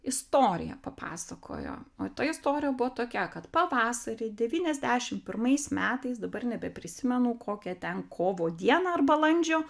istoriją papasakojo o ta istorija buvo tokia kad pavasarį devyniasdešim pirmais metais dabar nebeprisimenu kokią ten kovo dieną ar balandžio